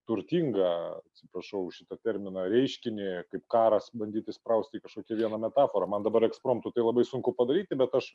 turtingą atsiprašau už šitą terminą reiškinį kaip karas bandyti įsprausti į kažkokį vieną metaforą man dabar ekspromtu tai labai sunku padaryti bet aš